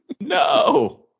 No